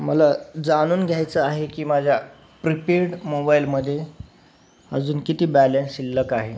मला जाणून घ्यायचं आहे की माझ्या प्रिपेड मोबाईलमध्ये अजून किती बॅलन्स शिल्लक आहे